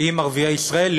עם ערביי ישראל,